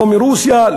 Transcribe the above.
לא מרוסיה,